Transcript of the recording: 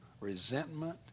resentment